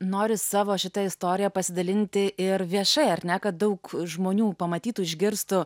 nori savo šita istorija pasidalinti ir viešai ar ne kad daug žmonių pamatytų išgirstų